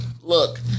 Look